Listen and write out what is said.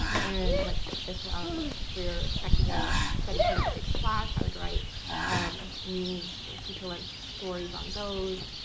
and but if we're expecting a study to make a big splash, i would write um news and feature like stories on those.